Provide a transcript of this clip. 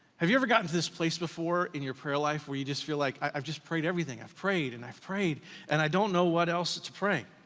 have you ever gotten to this place before in your prayer life where you just feel like i've just prayed everything? i've prayed and i've prayed and i don't know what else to pray.